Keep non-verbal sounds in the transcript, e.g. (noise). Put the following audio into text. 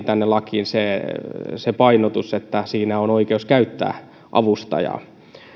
(unintelligible) tänne lakiin lisättiin se painotus että siinä on oikeus käyttää avustajaa